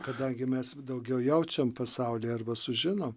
kadangi mes daugiau jaučiam pasaulį arba sužinom